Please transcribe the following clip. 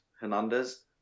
Hernandez